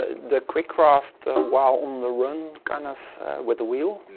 ah the quick craft while on the run kind of with the wheel,